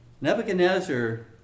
Nebuchadnezzar